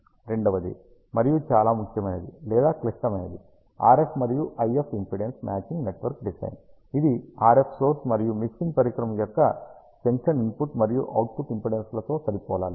రెండవది మరియు చాలా ముఖ్యమైనది లేదా క్లిష్టమైనది RF మరియు IF impedance matching network design ఇది RF సోర్స్ మరియు మిక్సింగ్ పరికరం యొక్క జంక్షన్ ఇన్పుట్ మరియు అవుట్పుట్ ఇంపిడెన్స్ లతో సరిపోలాలి